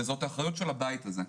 וזאת האחריות של הבית הזה.